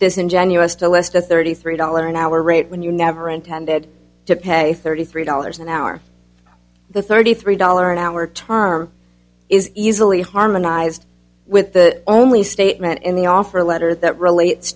this ingenuous to list a thirty three dollars an hour rate when you never intended to pay thirty three dollars an hour the thirty three dollars an hour term is easily harmonized with the only statement in the offer letter that relates